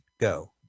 go